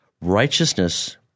righteousness